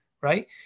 right